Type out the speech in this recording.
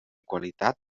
qualitat